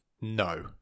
no